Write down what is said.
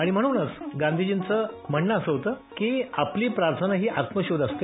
आणि म्हणूनच गांधीजींचं म्हणणं असं होतं की आपली प्रार्थना ही आत्मशोध असते